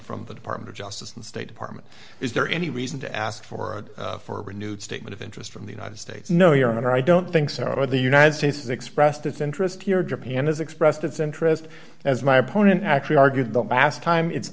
from the department of justice the state department is there any reason to ask for a for a renewed statement of interest from the united states no your honor i don't think so or the united states has expressed its interest here japan has expressed its interest as my opponent actually argued the last time it's